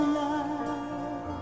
love